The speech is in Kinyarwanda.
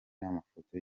n’amafoto